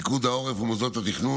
פיקוד העורף ומוסדות התכנון,